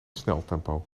sneltempo